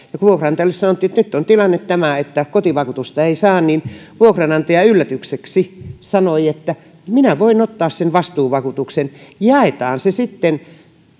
vuokranantajalle sanottiin että nyt on tilanne tämä että kotivakuutusta ei saa niin vuokranantaja yllätykseksi sanoi että hän voi ottaa sen vastuuvakuutuksen jaetaan se sitten